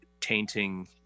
tainting